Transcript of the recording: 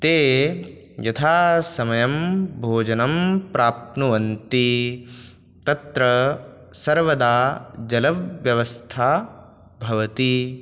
ते यथासमयं भोजनं प्राप्नुवन्ति तत्र सर्वदा जलव्यवस्था भवति